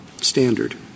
standard